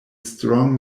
strong